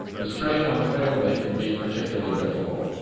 the strain on the family can be particularly difficult.